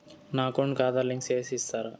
నా అకౌంట్ కు ఆధార్ లింకు సేసి ఇస్తారా?